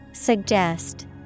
Suggest